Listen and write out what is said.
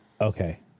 Okay